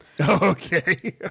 Okay